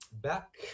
back